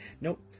Nope